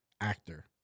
Actor